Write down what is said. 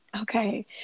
Okay